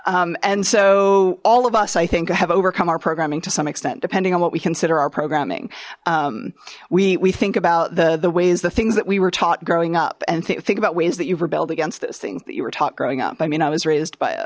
working and so all of us i think i have overcome our programming to some extent depending on what we consider our programming we we think about the the ways the things that we were taught growing up and saying think about ways that you've rebelled against those things that you were taught growing up i mean i was raised by a